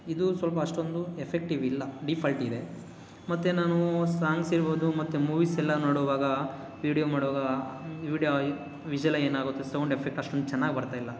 ಇದು ಸ್ವಲ್ಪ ಅಷ್ಟೊಂದು ಎಫೆಕ್ಟಿವ್ ಇಲ್ಲ ಡೀಫಾಲ್ಟಿ ಇದೆ ಮತ್ತು ನಾನು ಸಾಂಗ್ಸ್ ಇರ್ಬೋದು ಮತ್ತು ಮೂವೀಸೆಲ್ಲ ನೋಡೋವಾಗ ವಿಡಿಯೋ ಮಾಡೋವಾಗ ವಿಡಿಯೋ ವಿಷಲೆ ಏನಾಗುತ್ತೆ ಸೌಂಡ್ ಎಫೆಕ್ಟ್ ಅಷ್ಟೊಂದು ಚೆನ್ನಾಗಿ ಬರ್ತಾ ಇಲ್ಲ